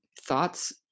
thoughts